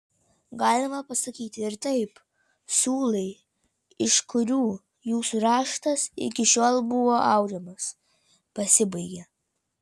galima pasakyti ir taip siūlai iš kurių jūsų raštas iki šiol buvo audžiamas pasibaigė